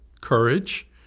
courage